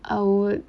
I would